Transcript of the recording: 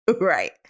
Right